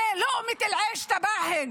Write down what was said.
זה לא (אומרת דברים בשפה הערבית),